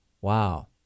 wow